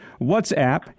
WhatsApp